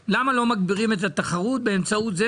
ואני מבקש לדעת תשובה למה לא מגבירים את התחרות באמצעות זה